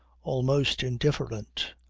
almost indifferent,